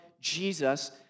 Jesus